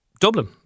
Dublin